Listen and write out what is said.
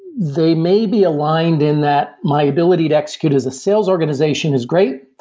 they may be aligned in that my ability to execute as a sales organization is great.